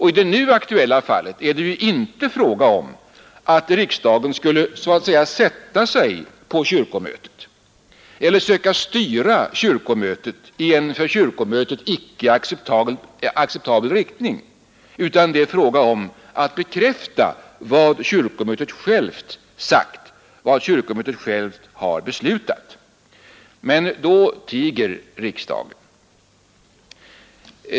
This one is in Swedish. I det nu aktuella fallet är det ju inte heller fråga om att riksdagen skulle sätta sig på kyrkomötet eller söka styra kyrkomötet i en för detta icke acceptabel riktning utan vad det gäller är att bekräfta vad kyrkomötet självt har sagt och beslutat. Men då tiger riksdagen.